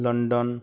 London